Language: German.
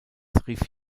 rief